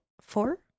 Four